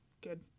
good